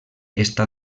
està